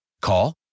Call